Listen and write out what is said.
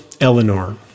Eleanor